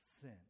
sin